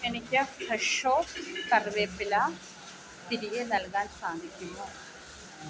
എനിക്ക് ഫ്രെഷോ കറിവേപ്പില തിരികെ നൽകാൻ സാധിക്കുമോ